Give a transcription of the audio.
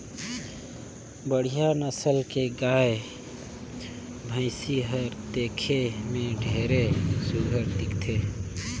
बड़िहा नसल के गाय, भइसी हर देखे में ढेरे सुग्घर दिखथे